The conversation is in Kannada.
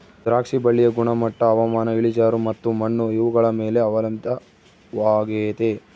ದ್ರಾಕ್ಷಿ ಬಳ್ಳಿಯ ಗುಣಮಟ್ಟ ಹವಾಮಾನ, ಇಳಿಜಾರು ಮತ್ತು ಮಣ್ಣು ಇವುಗಳ ಮೇಲೆ ಅವಲಂಬಿತವಾಗೆತೆ